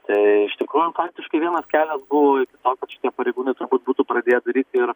tai iš tikrųjų faktiškai vienas kelias buvo iki to kad šitie pareigūnai turbūt būtų pradėję daryti ir